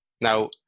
Now